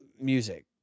music